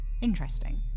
Interesting